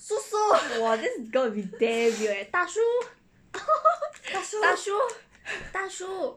!wah! this is gonna be damn weird leh 大叔 大叔大叔